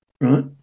right